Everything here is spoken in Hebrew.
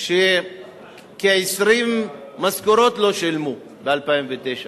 שכ-20 משכורות לא שילמו ב-2009.